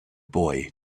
boy